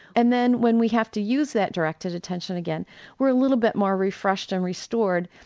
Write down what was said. and then when we have to use that directed attention again we're a little bit more refreshed and restored,